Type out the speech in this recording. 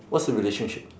what's the relationship